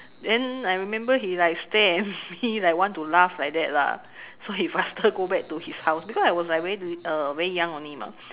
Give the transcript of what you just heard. then I remember he like stare at me like want to laugh like that lah so he faster go back to his house because I was like very uh very young only mah